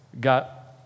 Got